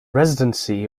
residency